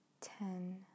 ten